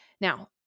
Now